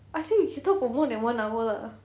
I think we can talk for more than one hour